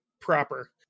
proper